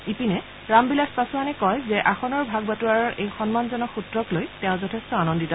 ইপিনে ৰাম বিলাস পাছোৱানে কয় যে আসনৰ ভাগ বাটোৱাৰাৰ এই সন্মানজনক সূত্ৰক লৈ তেওঁ যথেষ্ট আনন্দিত